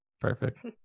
perfect